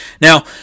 Now